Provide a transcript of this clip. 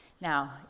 now